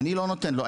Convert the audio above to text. אני לא נותן לו,